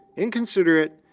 inconsiderate,